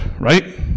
right